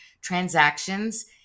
transactions